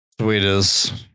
Sweetest